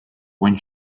when